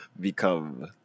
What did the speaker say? become